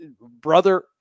Brother